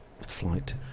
Flight